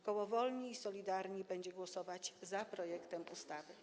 Koło Wolni i Solidarni będzie głosować za projektem ustawy.